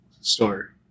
store